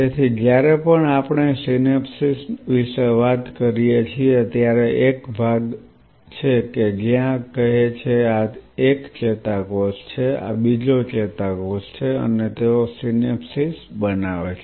તેથી જ્યારે પણ આપણે સિનેપ્સ વિશે વાત કરીએ છીએ ત્યારે તે એક ભાગ છે જ્યાં કહે છે કે આ એક ચેતાકોષ છે આ બીજો ચેતાકોષ છે અને તેઓ સિનેપ્સ બનાવે છે